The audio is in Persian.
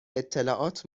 اطلاعات